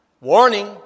Warning